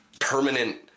permanent